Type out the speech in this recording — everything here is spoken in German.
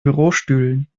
bürostühlen